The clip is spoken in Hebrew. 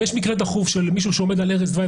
יש מקרה דחוף של מישהו שהוא על ערש דווי,